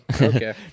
Okay